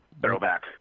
Throwback